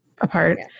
apart